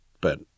but-